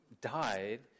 died